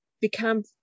become